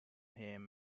him